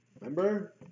Remember